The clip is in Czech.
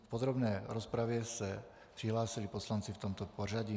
K podrobné rozpravě se přihlásili poslanci v tomto pořadí.